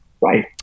right